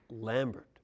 Lambert